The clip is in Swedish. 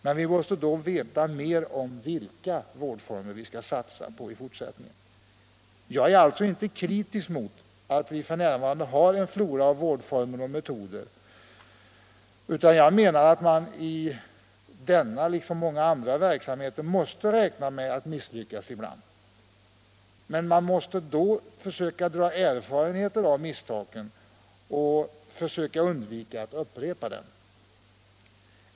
Men vi måste då veta mer om vilka vårdformer vi skall satsa på i fortsättningen. Jag är alltså inte kritisk mot att vi f.n. har en flora av vårdformer och vårdmetoder, utan jag menar att man i denna liksom i så många andra verksamheter måste räkna med att misslyckas ibland. Men då måste man försöka lära av misstagen, så att man kan undvika att upprepa dem.